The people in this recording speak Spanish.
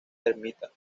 ermita